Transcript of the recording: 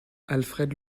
alfred